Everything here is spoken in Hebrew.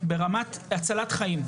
ברמת הצלת חיים.